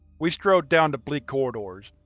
we strode down the bleak corridors.